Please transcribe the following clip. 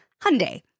Hyundai